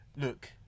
Look